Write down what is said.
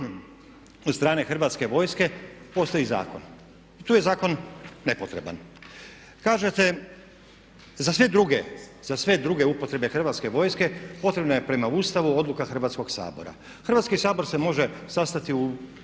od strane Hrvatske vojske postoji zakon. Tu je zakon nepotreban. Kažete za sve druge upotrebe Hrvatske vojske potrebna je prema Ustavu odluka Hrvatskog sabora. Hrvatski sabor se može sastati u